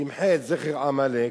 תמחה את זכר עמלק,